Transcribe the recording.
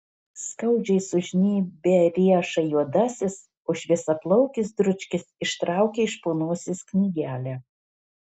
skaudžiai sužnybia riešą juodasis o šviesiaplaukis dručkis ištraukia iš po nosies knygelę